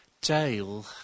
Dale